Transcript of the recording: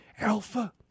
Alpha